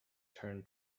turn